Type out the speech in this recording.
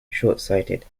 shortsighted